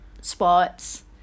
sports